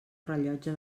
rellotge